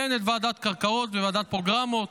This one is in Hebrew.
את ועדת קרקעות וועדת פרוגרמות,